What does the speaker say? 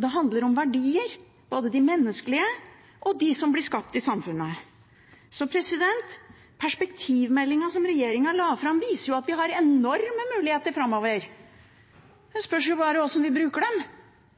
Det handler om verdier, både de menneskelige og de som blir skapt i samfunnet. Perspektivmeldingen som regjeringen la fram, viser at vi har enorme muligheter framover. Det spørs bare hvordan vi bruker dem. Vi